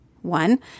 One